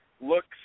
looks